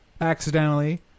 accidentally